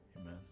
Amen